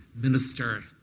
minister